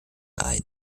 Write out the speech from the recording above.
ein